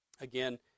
Again